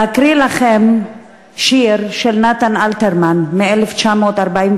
להקריא לכם שיר של נתן אלתרמן מ-1949,